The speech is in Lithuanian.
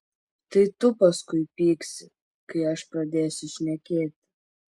tai tu paskui pyksi kai aš pradėsiu šnekėti